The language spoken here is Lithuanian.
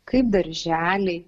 kaip darželiai